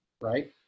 right